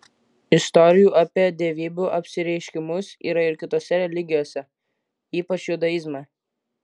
istorijų apie dievybių apsireiškimus yra ir kitose religijose ypač judaizme